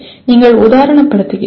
நீங்கள் உதாரணப்படுத்துகிறீர்கள்